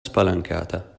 spalancata